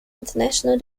international